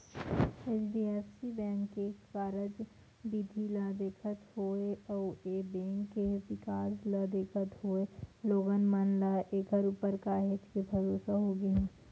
HDFC bank के कारज बिधि ल देखत होय अउ ए बेंक के बिकास ल देखत होय लोगन मन ल ऐखर ऊपर काहेच के भरोसा होगे हे